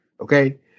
Okay